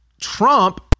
Trump